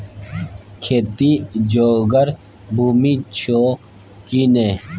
खेती जोगर भूमि छौ की नै?